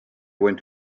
went